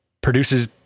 produces